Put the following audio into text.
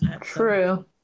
true